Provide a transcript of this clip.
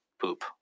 poop